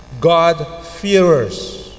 God-fearers